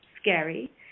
scary